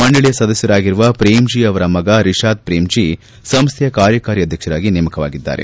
ಮಂಡಳಿಯ ಸದಸ್ನರಾಗಿರುವ ಶ್ರೇಮ್ಜೀ ಅವರ ಮಗ ರಿಷಾದ್ ಶ್ರೇಮ್ಜೀ ಸಂಸ್ನೆಯ ಕಾರ್ಯಕಾರಿ ಅಧಕ್ಷರಾಗಿ ನೇಮಕವಾಗಿದ್ದಾರೆ